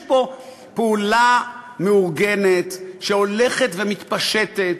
יש פה פעולה מאורגנת שהולכת ומתפשטת,